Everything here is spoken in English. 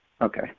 okay